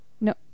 No